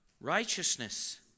Righteousness